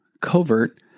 covert